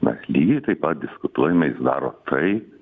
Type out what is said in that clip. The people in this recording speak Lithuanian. mes lygiai taip pat diskutuojame jis daro tai